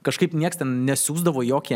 kažkaip niekas ten nesiųsdavo jokį